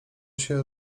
się